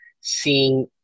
seeing